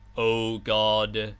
o god!